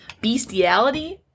Bestiality